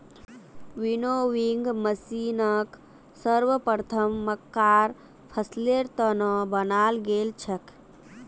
winnowing मशीनक सर्वप्रथम मक्कार फसलेर त न बनाल गेल छेक